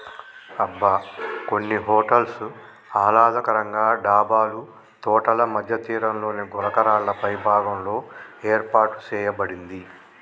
అబ్బ కొన్ని హోటల్స్ ఆహ్లాదకరంగా డాబాలు తోటల మధ్య తీరంలోని గులకరాళ్ళపై భాగంలో ఏర్పాటు సేయబడింది